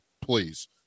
please